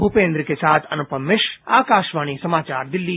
भूपेन्द्र के साथ अनुपम मिश्र आकाशवाणी समाचारदिल्ली